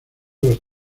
los